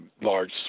large